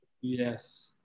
Yes